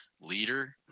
leader